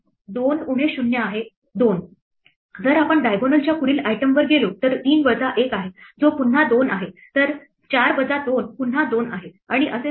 2 उणे 0 आहे 2 जर आपण diagonal च्या पुढील आयटमवर गेलो तर 3 वजा 1 आहे जो पुन्हा 2 आहे तर 4 वजा 2 पुन्हा 2 आहे आणि असेच पुढे